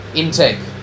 intake